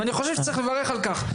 ואני חושב שצריך לברך על כך.